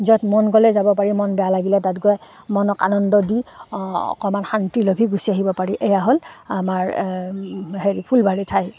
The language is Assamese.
য'ত মন গ'লে যাব পাৰি মন বেয়া লাগিলে তাত গৈ মনক আনন্দ দি অকণমান শান্তি লভি গুচি আহিব পাৰি এয়া হ'ল আমাৰ হেৰি ফুলবাৰী ঠাই